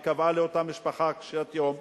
והיא קבעה לאותה משפחה קשת יום,